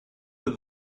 were